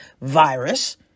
virus